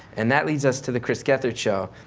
and that lead us to the chris gethard show,